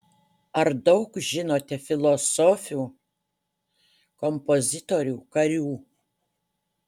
ar daug žinote filosofių kompozitorių karių